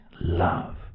love